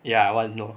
ya I want know